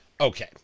Okay